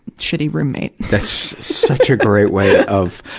shitty roommate. that's such a great way of,